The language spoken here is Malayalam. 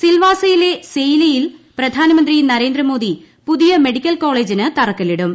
സിൽവാസയിലെ സേയ്ലിയിൽ പ്രധാനമന്ത്രി നരേന്ദ്രമോദി പുതിയ മെഡിക്കൽകോളേജിന് തറക്കല്ലിടും